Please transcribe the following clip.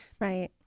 right